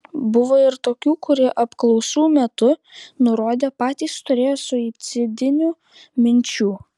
buvo ir tokių kurie apklausų metu nurodė patys turėję suicidinių minčių